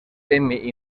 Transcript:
emmy